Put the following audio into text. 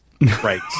right